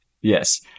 Yes